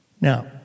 Now